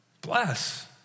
Bless